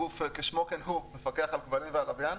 הגוף כשמו כן הוא מפקח על כבלים ועל לוויין,